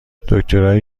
دکترای